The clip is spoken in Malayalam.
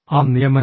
ആ നിയമനത്തിൽ